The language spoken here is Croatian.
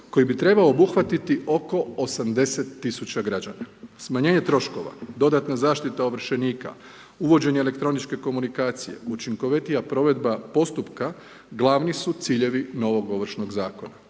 koji bi trebao obuhvatiti oko 80 000 građana. Smanjenje troškova, dodatna zaštita ovršenika, uvođenje elektroničke komunikacije, učinkovitija provedba postupka glavni su ciljevi novog ovršnog zakona,